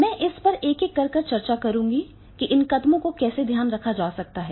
मैं इस पर एक एक करके चर्चा करूंगा कि इन कदमों का कैसे ध्यान रखा जा सकता है